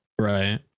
Right